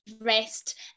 rest